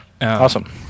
Awesome